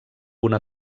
una